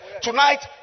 Tonight